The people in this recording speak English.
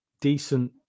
decent